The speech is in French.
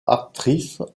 actrice